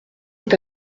est